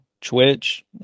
Twitch